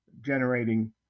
generating